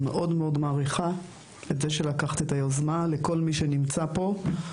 אני מאוד מאוד מעריכה את זה שלקחת את היזומה וגם לכל מי שנמצא פה,